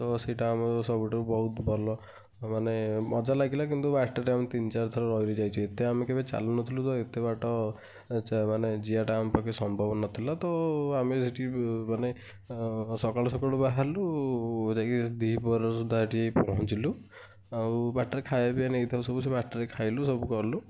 ଆଉ ସେଟା ଆମ ସବୁଠାରୁ ବହୁତ ଭଲ ମାନେ ମଜା ଲାଗିଲା କିନ୍ତୁ ବାଟରେ ଆମେ ତିନି ଚାରି ଥର ରହି ରହି ଯାଇଛୁ ଏତେ ଆମେ କେବେ ଚାଲିନଥିଲୁ ତ ଏତେ ବାଟ ମାନେ ଯିବା ଟା ଆମ ପାଖେ ସମ୍ଭବ ନଥିଲା ତ ଆମେ ସେଠି ମାନେ ସଖାଳୁ ସଖାଳୁ ବାହାରିଲୁ ଯାଇକି ଦ୍ୱିପହର ସୁଦ୍ଧା ହେଠି ଯାଇକି ପହଞ୍ଚିଲୁ ଆଉ ବାଟ ରେ ଖାଇବା ପାଇବା ନେଇଥାଉ ସବୁ ସେଇ ବାଟ ରେ ଖାଇଲୁ ସବୁ କଲୁ